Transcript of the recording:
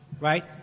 right